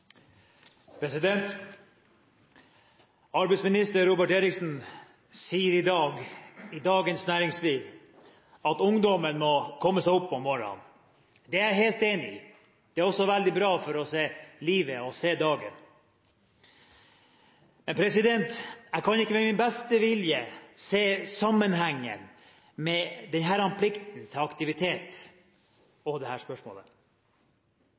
Arbeidsminister Robert Eriksson sier i dag i Dagens Næringsliv at ungdommen må komme seg opp om morgenen. Det er jeg helt enig i. Det er også veldig bra for å se livet og se dagen. Jeg kan ikke med min beste vilje se sammenhengen mellom denne plikten til aktivitet og spørsmålet om sosialhjelp. De aller fleste som mottar sosialhjelp, får det